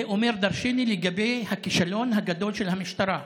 זה אומר דורשני לגבי הכישלון הגדול של המשטרה.